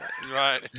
Right